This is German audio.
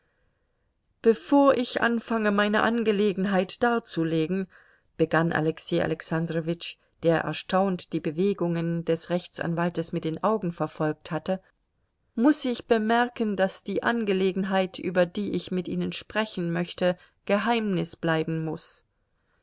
bevor ich anfange meine angelegenheit darzulegen begann alexei alexandrowitsch der erstaunt die bewegungen des rechtsanwaltes mit den augen verfolgt hatte muß ich bemerken daß die angelegenheit über die ich mit ihnen sprechen möchte geheimnis bleiben muß